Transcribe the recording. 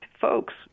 folks